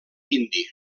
indi